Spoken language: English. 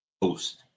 post